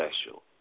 special